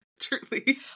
Truly